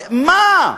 מה?